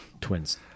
Twins